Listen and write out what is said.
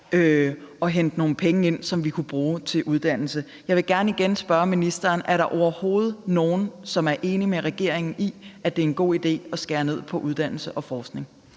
at hente penge ind, som vi kunne bruge til uddannelse. Jeg vil gerne spørge ministeren igen: Er der overhovedet nogen, som er enige med regeringen i, at det er en god idé at skære ned på uddannelse og forskning?